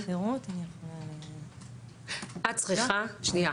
במקום השירות, אני יכולה --- את צריכה, שנייה,